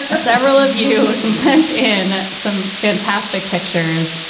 ah several of you sent in some fantastic pictures.